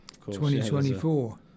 2024